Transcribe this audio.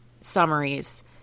summaries